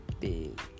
Big